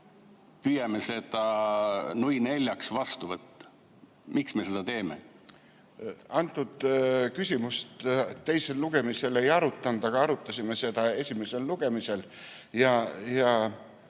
püüame seda nui neljaks vastu võtta. Miks me seda teeme? Antud küsimust teisel lugemisel ei arutatud, aga arutasime seda esimesel lugemisel ja